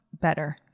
better